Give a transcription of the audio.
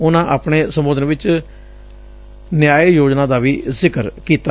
ਉਨੂੰ ਆਪਣੇ ਸਬੰਧਤ ਵਿਚ ਨਿਆਏ ਯੋਜਨਾ ਦਾ ਵੀ ਜ਼ਿਕਰ ਕੀਤਾ